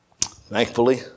Thankfully